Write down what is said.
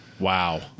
wow